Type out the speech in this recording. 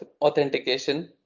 authentication